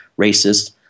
racist